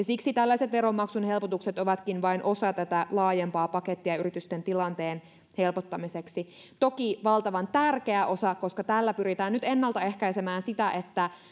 siksi tällaiset veronmaksun helpotukset ovatkin vain osa tätä laajempaa pakettia yritysten tilanteen helpottamiseksi toki valtavan tärkeä osa koska tällä pyritään nyt ennaltaehkäisemään sitä että